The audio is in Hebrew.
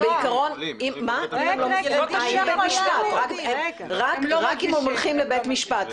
בעיקרון אם הם לא מסכימים רק אם הם הולכים לבית משפט.